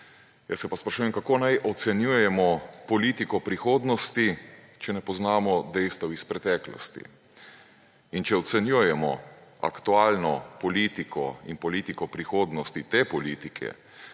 Jaz se pa sprašujem, kako naj ocenjujemo politiko prihodnosti, če ne poznamo dejstev iz preteklosti. Če ocenjujemo aktualno politiko in politiko prihodnosti te politike